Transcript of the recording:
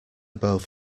both